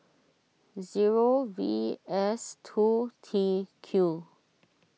zero V S two T Q